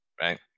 right